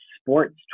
sports